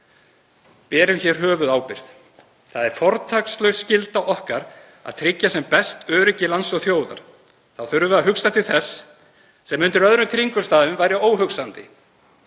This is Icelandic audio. berum hér höfuðábyrgð. Það er fortakslaus skylda okkar að tryggja sem best öryggi lands og þjóðar. Þá þurfum við að hugsa til þess sem undir öðrum kringumstæðum væri óhugsandi.